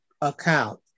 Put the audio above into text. account